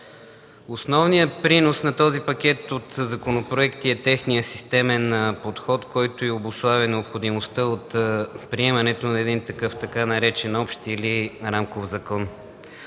Основният принос на този пакет от законопроекти е техният системен подход, който и обуславя необходимостта от приемането на един такъв, така наречен „общ” или „рамков закон”.